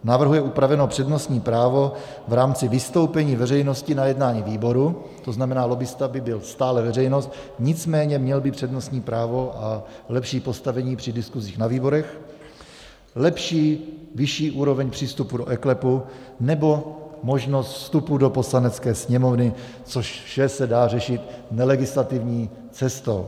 V návrhu je upraveno přednostní právo v rámci vystoupení veřejnosti na jednání výboru, to znamená, lobbista by byl stále veřejnost, nicméně měl by přednostní právo a lepší postavení při diskusích na výborech, lepší, vyšší úroveň přístupu do eKLEPu nebo možnost vstupu do Poslanecké sněmovny, což vše se dá řešit nelegislativní cestou.